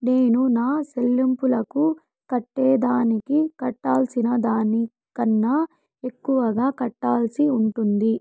నేను నా సెల్లింపులకు కట్టేదానికి కట్టాల్సిన దానికన్నా ఎక్కువగా కట్టాల్సి ఉంటుందా?